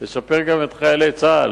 אלא לשפר גם לחיילי צה"ל,